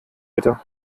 bitte